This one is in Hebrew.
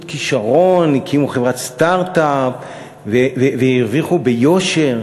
כישרון הקימו חברת סטרט-אפ והרוויחו ביושר,